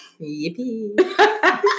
Yippee